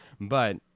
But-